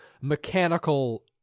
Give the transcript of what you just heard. mechanical